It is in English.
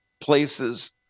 places